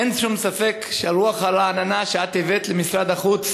אין שום ספק שהרוח הרעננה שאת הבאת למשרד החוץ